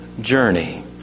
journey